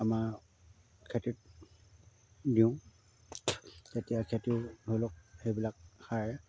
আমাৰ খেতিত দিওঁ তেতিয়া খেতি ধৰি লওক সেইবিলাক সাৰে